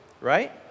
right